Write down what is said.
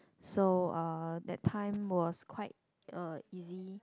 so uh that time was quite uh easy